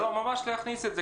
ממש להכניס את זה,